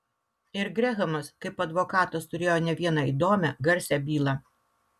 ir grehamas kaip advokatas turėjo ne vieną įdomią garsią bylą